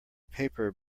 paper